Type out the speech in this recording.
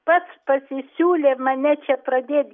pats pasisiūlė mane čia pradėt